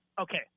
Okay